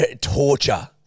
torture